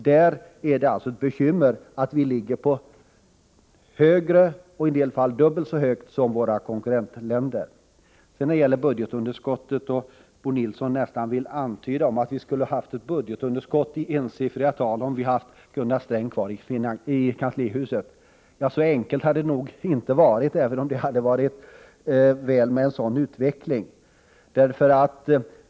Där är det ett bekymmer att vi ligger högre — i en del fall dubbelt så högt — som våra konkurrentländer. Beträffande budgetunderskottet ville Bo Nilsson nästan antyda att budgetunderskottet skulle ha varit ensiffrigt — i miljarder räknat — om vi haft Gunnar Sträng kvar i kanslihuset. Men så enkelt hade det nog inte varit, även om det hade varit bra med en sådan utveckling.